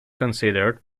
considered